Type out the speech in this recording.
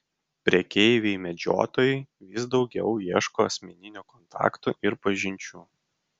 prekeiviai medžiotojai vis daugiau ieško asmeninių kontaktų ir pažinčių